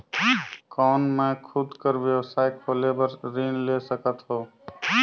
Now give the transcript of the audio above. कौन मैं खुद कर व्यवसाय खोले बर ऋण ले सकत हो?